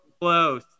close